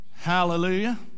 Hallelujah